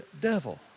devil